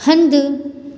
हंधि